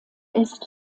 ist